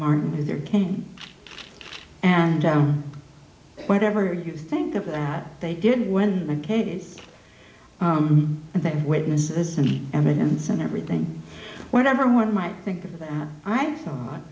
martin luther king and down whatever you think of that they did when the case that witnesses and evidence and everything whatever one might think of that i thought